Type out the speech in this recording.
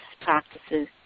practices